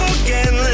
again